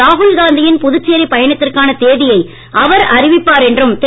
ராகுல்காந்தியின் புதுச்சேரி பயணத்திற்கான தேதியை அவர் அறிவிப்பார் என்றும் திரு